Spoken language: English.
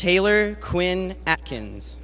taylor quinn atkins